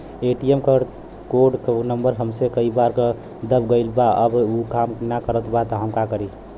ATM क code number हमसे कई बार दब गईल बा अब उ काम ना करत बा हम का करी?